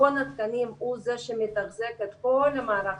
מכון התקנים הוא זה שמתחזק את כל המערך